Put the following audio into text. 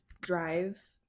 drive